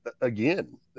again